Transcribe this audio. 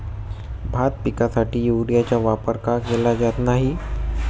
भात पिकासाठी युरियाचा वापर का केला जात नाही?